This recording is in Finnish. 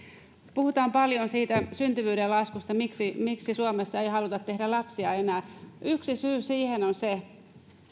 puhutaan paljon syntyvyyden laskusta siitä miksi suomessa ei haluta tehdä lapsia enää yksi syy siihen on se